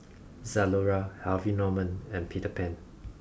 Zalora Harvey Norman and Peter Pan